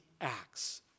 acts